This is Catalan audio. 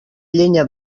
llenya